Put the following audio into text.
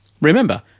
Remember